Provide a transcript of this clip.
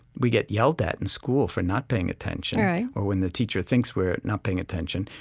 we get yelled at in school for not paying attention, right, or when the teacher thinks we're not paying attention.